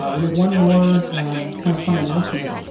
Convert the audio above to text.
ah we have one more um kind of fun announcement.